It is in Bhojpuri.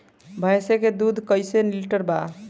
भैंस के दूध कईसे लीटर बा?